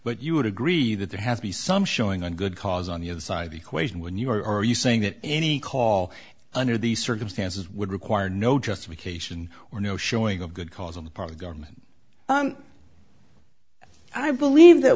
but you would agree that there has be some showing a good cause on the other side of the equation when you are are you saying that any call under these circumstances would require no justification or no showing of good cause on the part of government i believe that